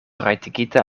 rajtigita